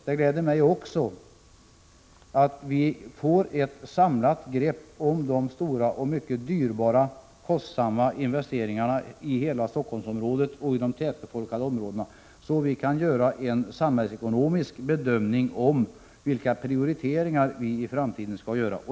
Det gläder mig också att vi får ett samlat grepp om de stora och kostsamma investeringarna i hela det tätbefolkade Stockholmsområdet, så att vi kan göra en samhällsekonomisk bedömning om vilka prioriteringar vi i ftamtiden skall göra.